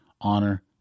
honor